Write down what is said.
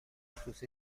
خصوصی